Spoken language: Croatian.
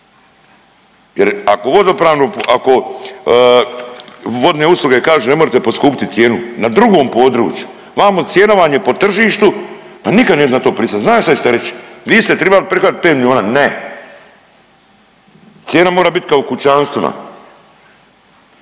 Jer ako vodne usluge kažu ne morete poskupiti cijenu na drugom području, vamo cijena vam je po tržištu, pa nikad neću na to pristat. Znam šta ćete reć vi ste tribali prihvatit pet milijuna. Ne, cijena mora bit kao u kućanstvima